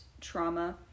trauma